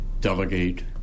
delegate